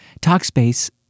Talkspace